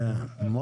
כן.